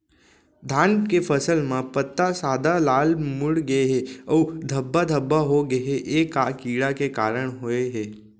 धान के फसल म पत्ता सादा, लाल, मुड़ गे हे अऊ धब्बा धब्बा होगे हे, ए का कीड़ा के कारण होय हे?